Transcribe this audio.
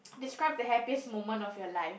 describe the happiest moment of your life